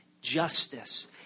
justice